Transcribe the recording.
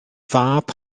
fab